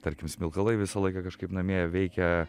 tarkim smilkalai visą laiką kažkaip namie veikia